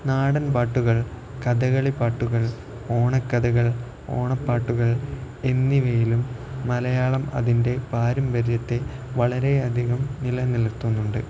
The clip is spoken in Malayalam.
നാടൻ പാട്ടുകൾ കഥകളിപ്പാട്ടുകൾ ഓണക്കഥകൾ ഓണപ്പാട്ടുകൾ എന്നിവയിലും മലയാളം അതിൻ്റെ പാരമ്പര്യത്തെ വളരെയധികം നിലനിർത്തുന്നുണ്ട്